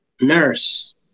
nurse